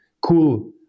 cool